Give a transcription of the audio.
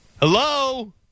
Hello